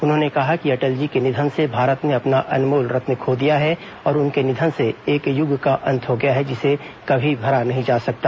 उन्होंने कहा कि अटल जी के निधन से भारत ने अपना अनमोल रत्न खो दिया है और उनके निधन से एक युग का अंत हो गया है जिसे कभी भरा नहीं जा सकता